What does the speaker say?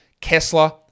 Kessler